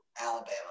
Alabama